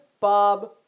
Bob